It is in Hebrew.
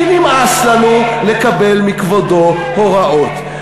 כי נמאס לנו לקבל מכבודו הוראות.